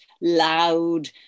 loud